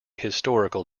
historical